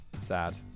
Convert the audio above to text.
Sad